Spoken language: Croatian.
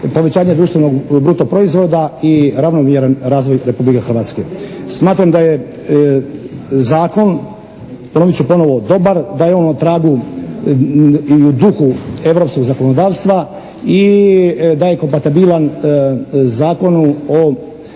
povećanje društvenog bruto proizvoda i ravnomjeran razvoj Republike Hrvatske. Smatram da je zakon, ponovit ću ponovo dobar, da je on na tragu i u duhu europskog zakonodavstva i da je kompatabilan Zakonu o